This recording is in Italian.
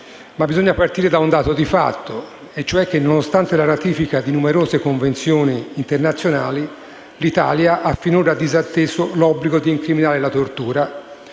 Ma bisogna partire da un dato di fatto: nonostante la ratifica di numerose convenzioni internazionali, l'Italia ha finora disatteso l'obbligo di incriminare la tortura